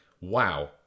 wow